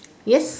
yes